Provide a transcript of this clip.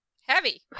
Heavy